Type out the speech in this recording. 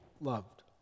loved